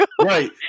right